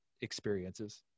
experiences